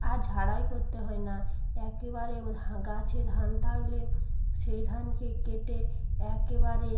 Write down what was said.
আর ঝাড়াই করতে হয় না একেবারে গাছে ধান থাকলেও সেই ধানকে কেটে একেবারে